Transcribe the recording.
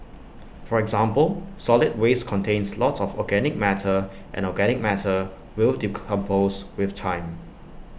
for example solid waste contains lots of organic matter and organic matter will decompose with time